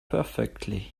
perfectly